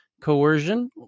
coercion